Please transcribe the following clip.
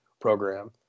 program